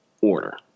order